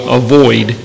avoid